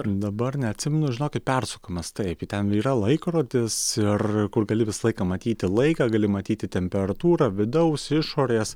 dabar neatsimenu žinokit persukamas taip ten yra laikrodis ir kur gali visą laiką matyti laiką gali matyti temperatūrą vidaus išorės